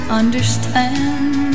understand